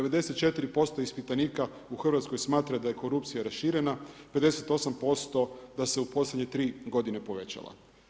94% ispitanika u Hrvatskoj smatra da je korupcija raširena, 58% da se u posljednje 3 godine povećala.